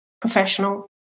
professional